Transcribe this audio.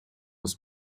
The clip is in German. aus